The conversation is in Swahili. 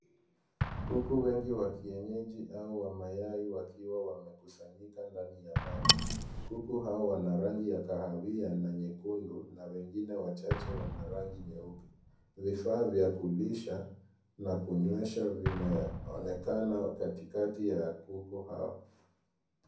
Kuku wengi wa kienyeji au wa mayai wakiwa wamekusanyika ndani ya banda. Kuku hao wana rangi ya kahawia na nyekundu na wengine wachache wana rangi nyeupe. Vifaa vya kulisha na kunywesha vimeonekana katikati ya kuku hao.